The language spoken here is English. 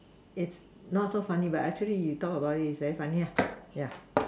it's not so funny but actually you talk about it is very funny ah yeah